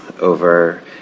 over